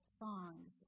songs